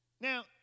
now